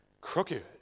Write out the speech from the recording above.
Crooked